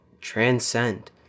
transcend